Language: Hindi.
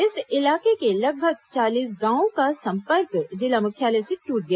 इस इलाके के लगभग चालीस गांवों का संपर्क जिला मुख्यालय से टूट गया